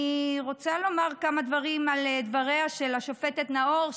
אני רוצה לומר כמה דברים על דבריה של השופטת נאור,